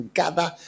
gather